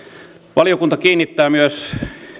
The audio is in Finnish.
valiokunta kiinnittää myös